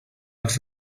els